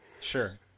Sure